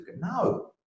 No